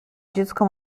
dziecko